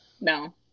No